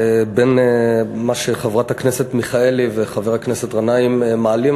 בין מה שחברת הכנסת מיכאלי וחבר הכנסת גנאים מעלים,